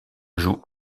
joue